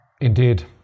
Indeed